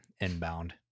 inbound